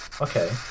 okay